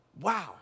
wow